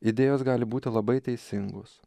idėjos gali būti labai teisingos